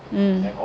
mm